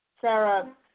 Sarah